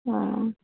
آ